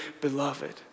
beloved